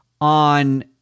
on